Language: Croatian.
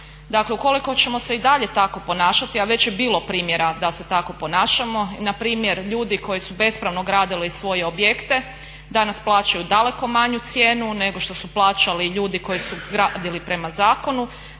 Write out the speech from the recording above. Dakle ukoliko ćemo se i dalje tako ponašati, a već je bilo primjera da se tako ponašamo, npr. ljudi koji su bespravno gradili svoje objekte danas plaćaju daleko manju cijenu nego što su plaćali ljudi koji su gradili prema zakonu.